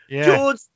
George